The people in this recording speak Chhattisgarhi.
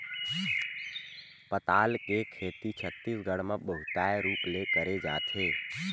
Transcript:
पताल के खेती छत्तीसगढ़ म बहुताय रूप ले करे जाथे